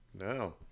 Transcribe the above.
no